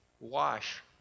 Wash